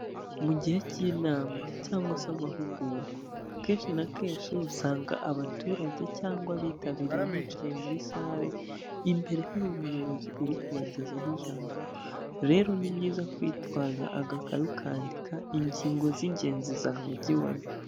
Mu gihe cy'inama cyangwa se amahugurwa, akenshi na kenshi usanga abaturage cyangwa abitabiriye bicaye muri sare, imbere hari umuyobozi uri kubagezaho ijambo. Rero ni byiza kwitwaza agakayi ukandika ingingo z'ingenzi zavugiwemo.